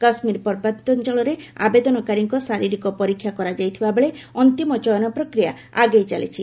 କାଶ୍ମୀର ପାର୍ବତ୍ୟାଞ୍ଚଳରେ ଆବେଦନକାରୀଙ୍କ ଶାରିରୀକ ପରୀକ୍ଷା କରାଯାଇଥିବାବେଳେ ଅନ୍ତିମ ଚୟନ ପ୍ରକ୍ରିୟା ଆଗେଇଚାଲିଛି